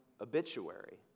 obituary